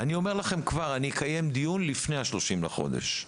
אני כבר אומר לכם: אני אקיים דיון לפני ה-30 לחודש.